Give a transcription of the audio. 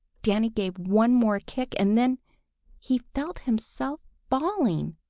danny gave one more kick and then he felt himself falling!